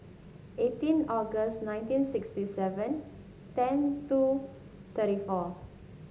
eighteen August nineteen sixty seven ten two thirty four